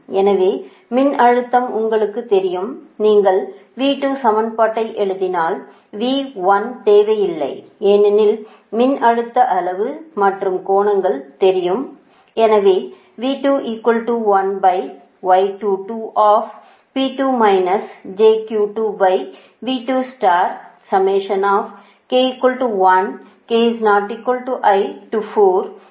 எனவே மின்னழுத்தம் உங்களுக்குத் தெரியும் நீங்கள் V 2 சமன்பாட்டை எழுதினால் V 1 தேவையில்லை ஏனெனில் மின்னழுத்த அளவு மற்றும் கோணங்கள் தெரியும்